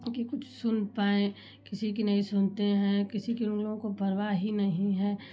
जोकि कुछ सुन पाएँ किसी की नहीं सुनते हैं किसी की उन लोगों को परवाह ही नहीं है